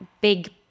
big